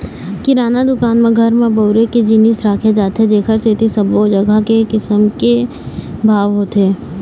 किराना दुकान म घर म बउरे के जिनिस राखे जाथे जेखर सेती सब्बो जघा एके किसम के भाव होथे